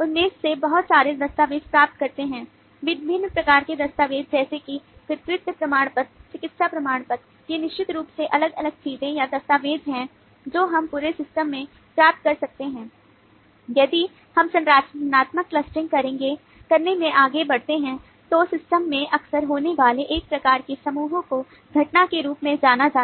उनमें से बहुत सारे दस्तावेज प्राप्त करते हैं विभिन्न प्रकार के दस्तावेज जैसे कि पितृत्व प्रमाण पत्र चिकित्सा प्रमाण पत्र ये निश्चित रूप से अलग अलग चीजें या दस्तावेज हैं जो हम पूरे सिस्टम में प्राप्त कर सकते हैं यदि हम संरचनात्मक क्लस्टरिंग और इसी तरह की भावना होती है